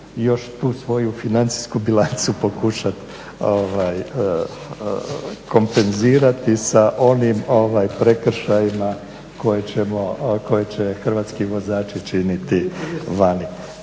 još tu svoju financijsku bilancu pokušati kompenzirati sa onim prekršajima koje će hrvatski vozači činiti vani.